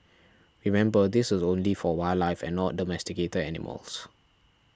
remember this is only for wildlife and not domesticated animals